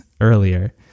earlier